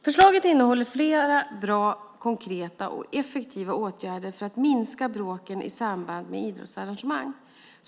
Förslaget innehåller flera bra, konkreta och effektiva åtgärder för att minska bråken i samband med idrottsarrangemang.